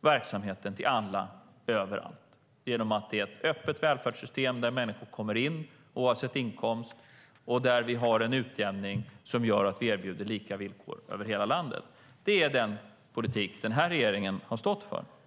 verksamhet till alla överallt genom att det är ett öppet välfärdssystem där människor kommer in oavsett inkomst och där vi har en utjämning som gör att vi erbjuder lika villkor över hela landet. Det är den politik denna regering har stått för.